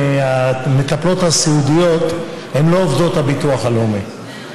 המטפלות הסיעודיות הן לא עובדות הביטוח הלאומי.